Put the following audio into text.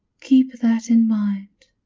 keep that in mind.